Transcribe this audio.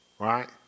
right